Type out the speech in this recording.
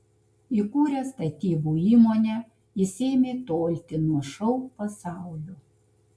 įkūręs statybų įmonę jis ėmė tolti nuo šou pasaulio